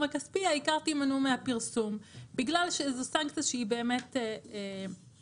הכספי העיקר תמנעו מהפרסום בגלל שזו סנקציה שהיא באמת משמעותית,